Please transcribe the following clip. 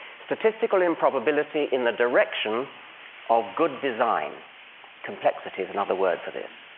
statistical improbability in the direction of good design complexity is another word for this.